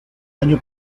año